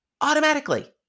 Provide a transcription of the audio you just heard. automatically